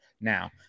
now